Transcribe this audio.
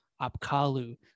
apkalu